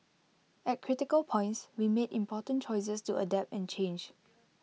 at critical points we made important choices to adapt and change